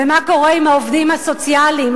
ומה קורה עם העובדים הסוציאליים,